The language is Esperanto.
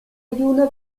juna